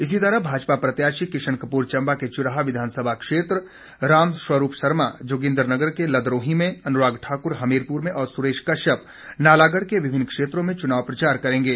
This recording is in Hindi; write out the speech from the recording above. इसी तरह भाजपा प्रत्याशी किशन कपूर चंबा के चुराह विधानसभा क्षेत्र रामस्वरूप शर्मा जोगेंद्रनगर के लदरोही में अनुराग ठाक्र हमीरपुर में और सुरेश कश्यप नालागढ़ के विभिन्न क्षेत्रों में चुनाव प्रचार करेंगे